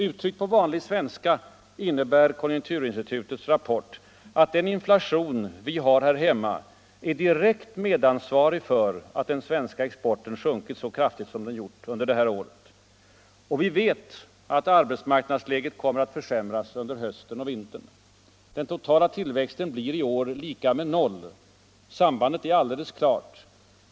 Uttryckt på vanlig svenska innebär konjunkturinstitutets rapport att den inflation vi har här hemma är direkt medansvarig för att den svenska exporten sjunkit så kraftigt som den gjort under det här året. Och vi vet att arbetsmarknadsläget kommer att försämras under hösten och vintern. Den totala tillväxten blir i år lika med noll. Sambandet är alldeles klart.